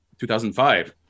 2005